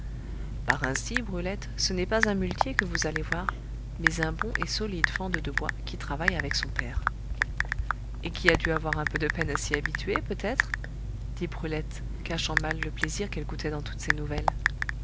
par ainsi brulette ce n'est pas un muletier que vous allez voir mais un bon et solide fendeux de bois qui travaille avec son père et qui a dû avoir un peu de peine à s'y habituer peut-être dit brulette cachant mal le plaisir qu'elle goûtait dans toutes ces nouvelles